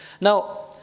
now